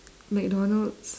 mcdonald's